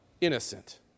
innocent